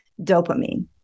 dopamine